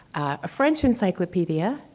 a french encyclopedia,